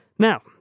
Now